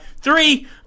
Three